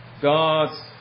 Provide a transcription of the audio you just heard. God's